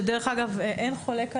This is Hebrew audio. שדרך אגב אין חולק עליה.